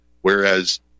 whereas